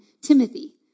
Timothy